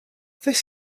this